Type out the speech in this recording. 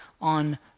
on